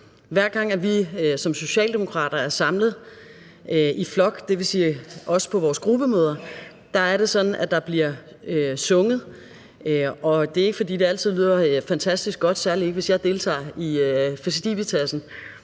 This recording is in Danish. Hver gang vi som socialdemokrater er samlet i flok, dvs. også på vores gruppemøder, er det sådan, at der bliver sunget. Det er ikke, fordi det altid lyder fantastisk godt, særlig ikke hvis jeg deltager i festivitassen,